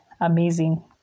Amazing